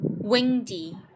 windy